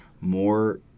more